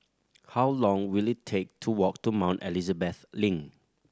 how long will it take to walk to Mount Elizabeth Link